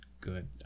good